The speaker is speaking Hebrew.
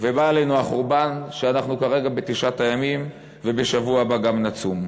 ובא עלינו החורבן שאנחנו כרגע בתשעת הימים ובשבוע הבא גם נצום.